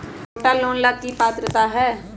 छोटा लोन ला की पात्रता है?